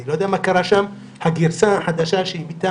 אני לא יודע מה קרה שם הגרסה החדשה שאיתה